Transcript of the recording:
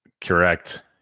Correct